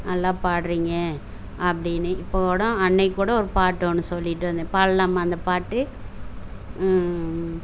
நல்லா பாடறீங்க அப்படின்னு இப்போ கூடம் அன்றைக்கி கூடம் ஒரு பாட்டு ஒன்று சொல்லிட்டு இருந்தேன் பாடலாமா அந்த பாட்டு